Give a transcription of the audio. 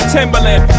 Timberland